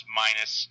minus